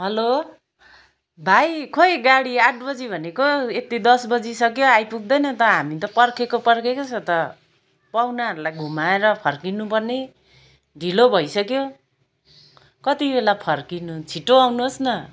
hello भाइ खोई गाडी आठ बजी भनेको यत्ति दस बजिसक्यो आइपुग्दैन त हामी त पर्खेको पर्खेकै छ त पाहुनाहरूलाई घुमाएर फर्किनु पर्ने ढिलो भइसक्यो कति बेला फर्किनु छिट्टो आउनुहोस् न